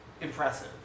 Impressive